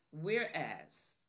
whereas